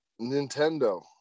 nintendo